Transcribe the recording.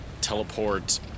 teleport